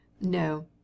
No